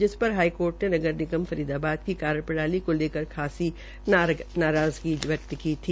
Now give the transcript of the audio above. जिस पर हाईकोर्ठ ने नगर निगम फरीदाबाद की कार्यप्रणाली को लेकर खासी नाराजगी जताई थी